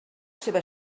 seva